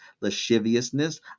lasciviousness